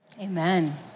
Amen